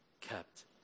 kept